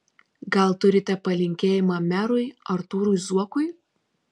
gal turite palinkėjimą merui artūrui zuokui